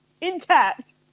intact